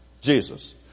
Jesus